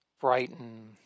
brighten